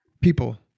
People